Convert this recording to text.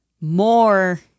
more